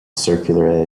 circular